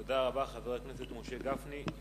תודה רבה, חבר הכנסת משה גפני.